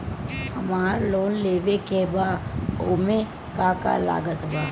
हमरा लोन लेवे के बा ओमे का का लागत बा?